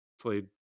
played